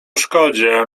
szkodzie